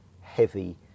heavy